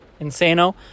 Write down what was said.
Insano